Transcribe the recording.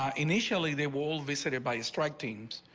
um initially they will the city by strike teams.